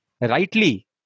rightly